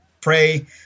pray